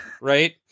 right